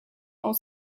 ont